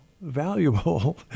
valuable